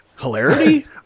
hilarity